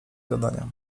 gadania